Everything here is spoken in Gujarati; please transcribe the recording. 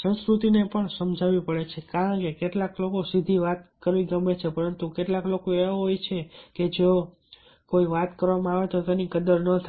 સંસ્કૃતિને પણ સમજવી પડે છે કારણ કે કેટલાક લોકોને સીધી વાત કરવીગમે છે પરંતુ કેટલાક લોકો એવા હોય છે કે જેઓ પર કોઈ વાત કરવામાં આવે તો તેની કદર ન થાય